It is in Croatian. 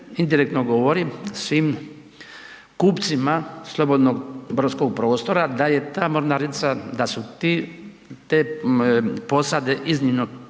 indirektno govori svim kupcima slobodnog brodskog prostora da je ta mornarica, da su te posade iznimno